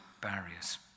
barriers